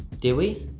did we?